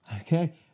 okay